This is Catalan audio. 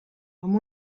amb